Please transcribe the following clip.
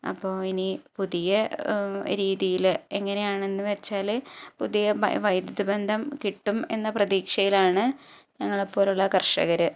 അപ്പോള് ഇനി പുതിയ രീതിയില് എങ്ങനെയാണെന്ന് വെച്ചാല് പുതിയ വൈദ്യുതി ബന്ധം കിട്ടും എന്ന പ്രതീക്ഷയിലാണ് ഞങ്ങളെ പോലുള്ള കർഷകര്